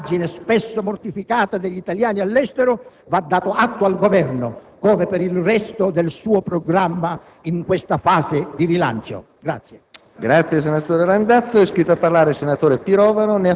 anche per il positivo ribaltamento dell'immagine, spesso mortificata, degli italiani all'estero va dato atto al Governo, come per il resto del suo programma, in questa fase di rilancio.